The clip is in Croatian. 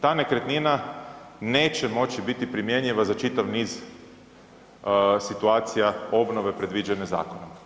Ta nekretnina neće moći biti primjenjiva za čitav niz situacija obnove predviđene zakonom.